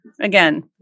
again